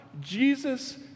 Jesus